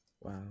Wow